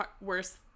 worse